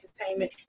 Entertainment